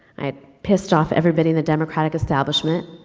i had pissed off everybody in the democratic establishment,